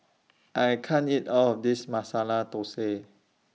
I can't eat All of This Masala Thosai